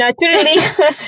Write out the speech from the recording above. Naturally